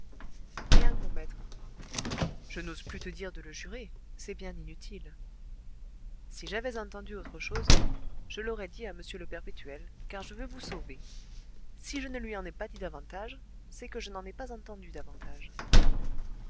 rien mon maître je n'ose plus te dire de le jurer c'est bien inutile si j'avais entendu autre chose je l'avais dit à m le perpétuel car je veux vous sauver si je ne lui en ai pas dit davantage c'est que je n'en ai pas entendu davantage